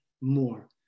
more